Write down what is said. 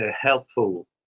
helpful